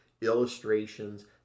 illustrations